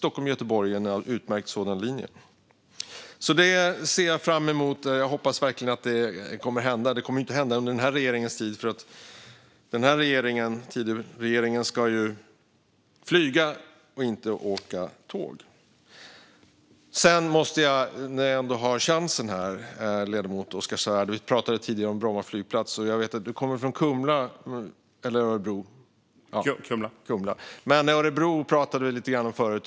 Stockholm-Göteborg är ett utmärkt exempel. Detta ser jag fram emot. Jag hoppas verkligen att det kommer att hända. Men det kommer inte att hända under den här regeringens tid, för Tidöregeringen ska ju flyga och inte åka tåg. Ledamoten Oskar Svärd och jag pratade i ett tidigare replikskifte om Bromma flygplats. Jag vet att han kommer från Kumla, och vi har förut pratat lite grann om Örebro.